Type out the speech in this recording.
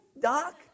doc